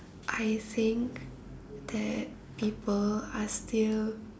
I think that people are still